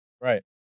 Right